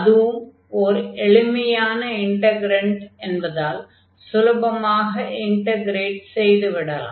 அதுவும் ஓர் எளிமையான இன்டக்ரன்ட் என்பதால் சுலபமாக இன்டக்ரேட் செய்து விடலாம்